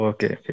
Okay